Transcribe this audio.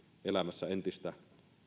elämässä entistä